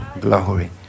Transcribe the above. glory